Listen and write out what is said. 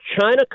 China